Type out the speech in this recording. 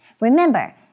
Remember